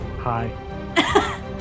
Hi